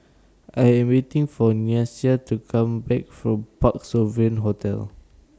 I Am waiting For Nyasia to Come Back from Parc Sovereign Hotel